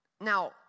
Now